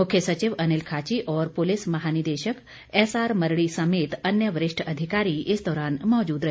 मुख्य सचिव अनिल खाची और पुलिस महानिदेशक एसआर मरड़ी समेत अन्य वरिष्ठ अधिकारी इस दौरान मौजूद रहे